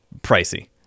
pricey